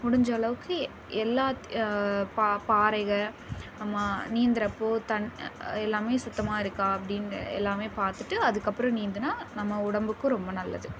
முடிஞ்ச அளவுக்கு எல்லாத்தை பாறைகள் நீந்துகிறப்போ எல்லாமே சுத்தமாக இருக்கா அப்படின்னு எல்லாம் பார்த்துட்டு அதுக்கப்புறம் நீந்தினா நம்ம உடம்புக்கு ரொம்ப நல்லது